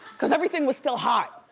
cause everything was still hot,